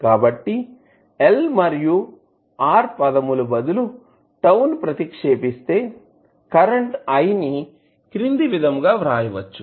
కాబట్టి L మరియు R పదములు బదులు ని ప్రతిక్షేపిస్తే కరెంటు I ని క్రింది విధంగా వ్రాయవచ్చు